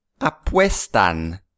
apuestan